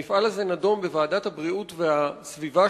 המפעל הזה נדון בוועדה המשותפת לסביבה ובריאות